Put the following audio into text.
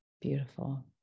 Beautiful